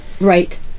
Right